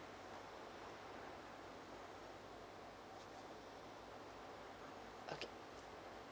okay